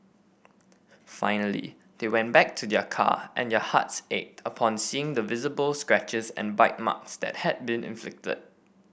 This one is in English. finally they went back to their car and their hearts ached upon seeing the visible scratches and bite marks that had been inflicted